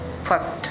First